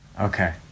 Okay